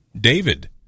David